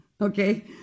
Okay